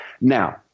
Now